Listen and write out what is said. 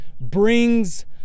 brings